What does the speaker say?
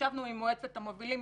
ישבנו עם מועצת המובילים,